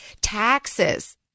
Taxes